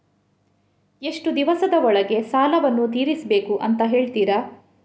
ಎಷ್ಟು ದಿವಸದ ಒಳಗೆ ಸಾಲವನ್ನು ತೀರಿಸ್ಬೇಕು ಅಂತ ಹೇಳ್ತಿರಾ?